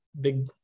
Big